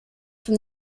from